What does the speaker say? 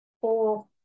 four